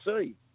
see